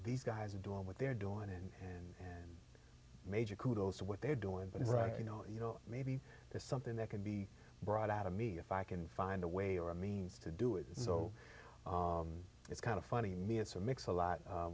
these guys are doing what they're doing on and and major kudos to what they're doing but right you know you know maybe there's something that can be brought out of me if i can find a way or a means to do it so it's kind of funny mr mix a lot